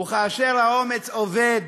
כאשר האומץ אובד,